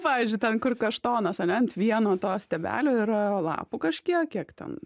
pavyzdžiui ten kur kaštonas ane ant vieno stiebelio yra lapų kažkiek kiek ten